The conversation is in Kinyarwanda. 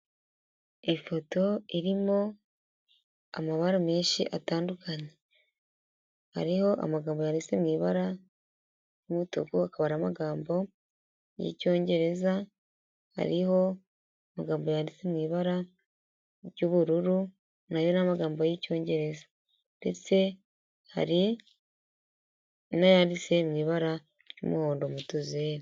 Ifoto irimo amabara menshi atandukanye, hariho amagambo yanditse mu ibara ry'umutuku akaba ari amagambo y'icyongereza, hariho amagambo yanditse mu ibara ry'ubururu nayo ari amagambo y'icyongereza ndetse hari n'ayanditse mu ibara ry'umuhondo mu tuzeru.